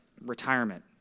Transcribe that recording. retirement